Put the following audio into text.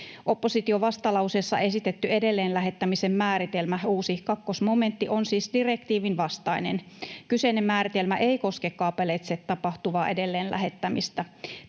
Opposition vastalauseessa esittämä edelleenlähettämisen määritelmä, uusi 2 momentti, on siis direktiivin vastainen. Kyseinen määritelmä ei koske kaapeleitse tapahtuvaa edelleenlähettämistä.